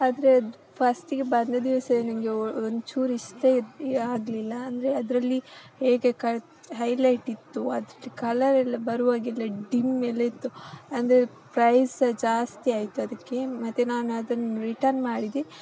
ಆದರೆ ಅದು ಫಸ್ಟಿಗೆ ಬಂದ ದಿವಸವೇ ನನಗೆ ಒಂಚೂರು ಇಷ್ಟ ಆಗಲಿಲ್ಲ ಅಂದರೆ ಅದರಲ್ಲಿ ಹೇಗೆ ಕ ಹೈಲೈಟ್ ಇತ್ತು ಆದ್ರೆ ಕಲರೆಲ್ಲ ಬರುವಾಗೆಲ್ಲ ಡಿಮ್ಮೆಲ್ಲ ಇತ್ತು ಅಂದರೆ ಪ್ರೈಸ್ ಸಹ ಜಾಸ್ತಿಯಾಯ್ತು ಅದಕ್ಕೆ ಮತ್ತು ನಾನು ಅದನ್ನ ರಿಟರ್ನ್ ಮಾಡಿದೆ